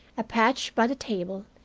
a patch by the table,